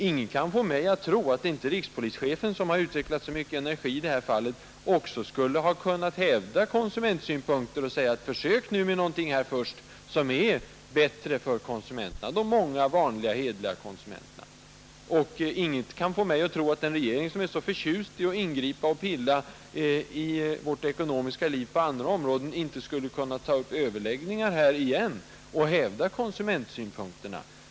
Ingen kan få mig att tro att inte rikspolischefen, som har utvecklat så mycken energi i detta fall, också skulle ha kunnat hävda konsumentsynpunkterna och säga: Försök först med någonting som är bättre för konsumenterna, de många vanliga, hederliga konsumenterna! Inget kan heller få mig att tro att en regering, som är så förtjust i att ingripa och pilla på andra områden i vårt ekonomiska liv, inte skulle kunna ta upp överläggningar igen och hävda konsumentsynpunkterna.